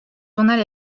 journal